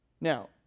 Now